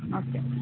okay